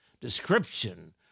description